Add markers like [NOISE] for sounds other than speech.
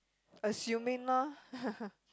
assuming lor [LAUGHS]